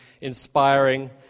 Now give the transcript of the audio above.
inspiring